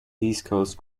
heathcote